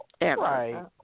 Right